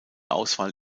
auswahl